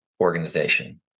organization